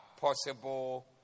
possible